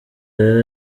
rero